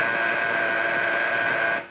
ah